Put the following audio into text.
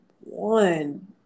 one